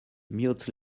mutes